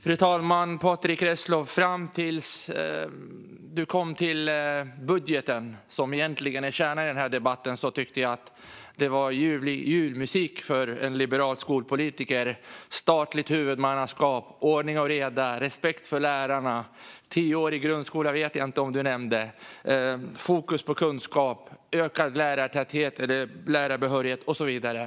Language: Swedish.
Fru talman! Fram tills Patrick Reslow kom till budgeten, som egentligen är kärnan i den här debatten, tyckte jag att det var ljuvlig julmusik för en liberal skolpolitiker. Han talade om statligt huvudmannaskap, ordning och reda och respekt för lärarna. Tioårig grundskola vet jag inte om han nämnde, men han talade om fokus på kunskap, ökad lärarbehörighet och så vidare.